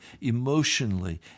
emotionally